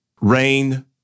Rain